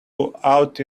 out